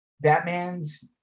Batman's